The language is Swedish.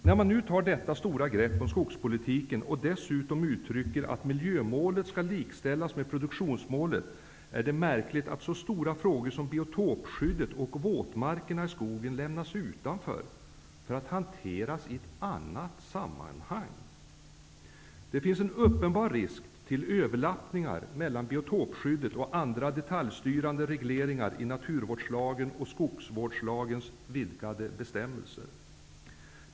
När man nu tar detta stora grepp om skogspolitiken, och dessutom uttrycker att miljömålet skall likställas med produktionsmålet, är det märkligt att så stora frågor som biotopskyddet och våtmarkerna i skogen lämnas utanför för att hanteras i ett annat sammanhang. Det finns en uppenbar risk för överlappningar mellan biotopskyddet och andra detaljstyrande regleringar i naturvårdslagen och i skogsvårdslagens vidgade bestämmelser.